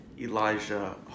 Elijah